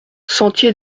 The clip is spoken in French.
sentier